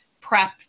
prep